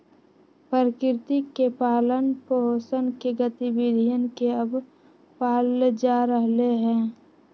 प्रकृति के पालन पोसन के गतिविधियन के अब पाल्ल जा रहले है